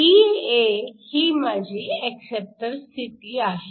EA ही माझी acceptor स्थिती आहे